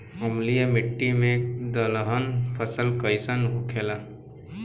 अम्लीय मिट्टी मे दलहन फसल कइसन होखेला?